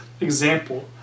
example